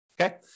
Okay